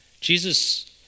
Jesus